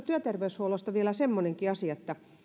työterveyshuollosta vielä semmoinenkin asia että